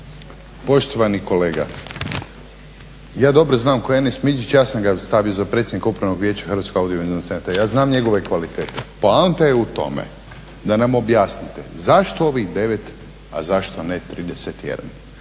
Poštovani kolega, ja dobro znam tko je Enese Midžić, ja sam ga stavio za predsjednika Upravnog vijeća Hrvatskog …/Govornik se ne razumije./… znam njegove kvalitete. Poanta je u tome da nam objasnite zašto ovih 9, a zašto ne 31.